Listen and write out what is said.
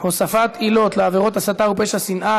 הוספת עילות לעבירות הסתה ופשע שנאה),